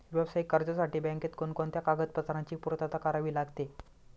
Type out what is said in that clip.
व्यावसायिक कर्जासाठी बँकेत कोणकोणत्या कागदपत्रांची पूर्तता करावी लागते?